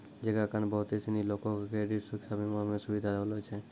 जेकरा कारण बहुते सिनी लोको के क्रेडिट सुरक्षा बीमा मे सुविधा होलो छै